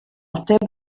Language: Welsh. ateb